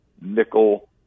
nickel